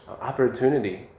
opportunity